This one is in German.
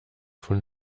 von